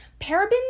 Parabens